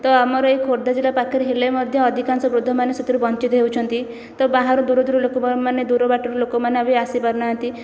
ତ ଆମର ଏହି ଖୋର୍ଦ୍ଧା ଜିଲ୍ଲା ପାଖରେ ହେଲେ ମଧ୍ୟ ଅଧିକାଂଶ ବୃଦ୍ଧମାନେ ସେଥିରୁ ବଞ୍ଚିତ ହେଉଛନ୍ତି ତ ବାହାରୁ ଦୂର ଦୂର ଦୂର ବାଟରୁ ଲୋକମାନେ ବି ଆସି ପାରୁନାହାନ୍ତି